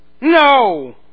No